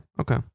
okay